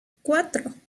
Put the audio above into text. cuatro